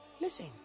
listen